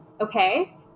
okay